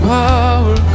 power